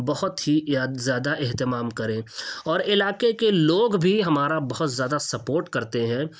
بہت ہی زیادہ اہتمام کریں اور علاقے کے لوگ بھی ہمارا بہت زیادہ سپورٹ کرتے ہیں